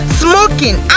smoking